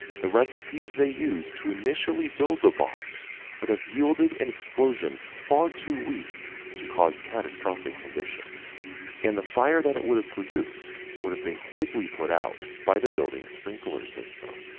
the recipes they used to initially build the bombs would have yielded an explosion far too weak to cause catastrophic conditions and the fire that it would have produced would have been quickly put out by the building sprinkler system.